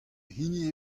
hini